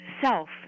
self